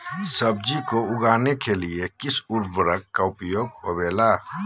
सब्जी को उगाने के लिए किस उर्वरक का उपयोग होबेला?